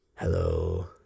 Hello